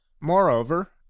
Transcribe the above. moreover